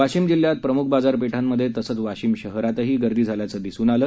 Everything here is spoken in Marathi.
वाशिम जिल्ह्यात प्रमुख बाजारपेठांमधे तसंच वाशिम शहरातही गर्दी झाल्याचं दिसून आलं